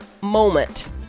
moment